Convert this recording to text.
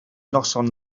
noson